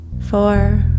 Four